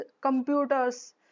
computers